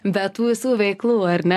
be tų visų veiklų ar ne